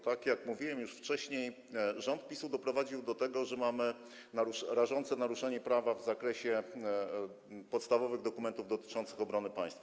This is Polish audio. Tak jak mówiłem już wcześniej, rząd PiS-u doprowadził do tego, że mamy rażące naruszenia prawa w zakresie podstawowych dokumentów dotyczących obrony państwa.